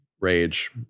rage